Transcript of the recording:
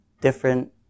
different